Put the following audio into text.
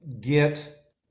get